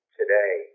today